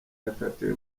yakatiwe